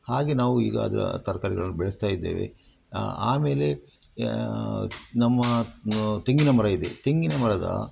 ಹಾಗೆ ನಾವು ಈಗ ಅದರ ತರ್ಕಾರಿಗಳನ್ನ ಬೆಳೆಸ್ತಾಯಿದ್ದೇವೆ ಆಮೇಲೆ ನಮ್ಮ ತೆಂಗಿನ ಮರ ಇದೆ ತೆಂಗಿನ ಮರದ